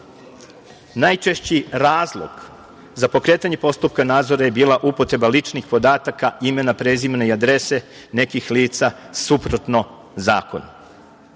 Najčešći razlog za pokretanje postupka nadzora je bila upotreba ličnih podataka, imena, prezimena i adrese nekih lica, suprotno